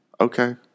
okay